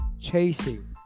chasing